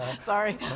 Sorry